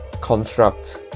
construct